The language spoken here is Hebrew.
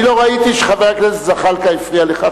אני לא ראיתי שחבר הכנסת זחאלקה הפריע לך,